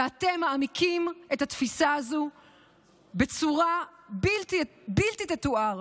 ואתם מעמיקים את התפיסה הזו בצורה שלא תתואר.